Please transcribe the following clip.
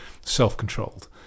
self-controlled